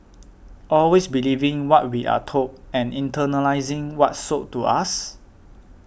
always believing what we are told and internalising what's sold to us